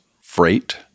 freight